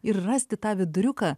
ir rasti tą viduriuką